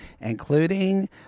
including